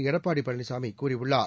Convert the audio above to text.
எடப்பாடி பழனிசாமி கூறியுள்ளார்